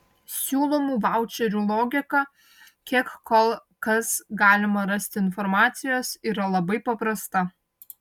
siūlomų vaučerių logika kiek kol kas galima rasti informacijos yra labai paprasta